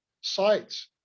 sites